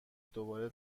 دوباره